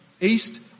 East